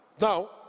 now